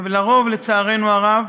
לרוב, לצערנו הרב,